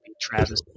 Travis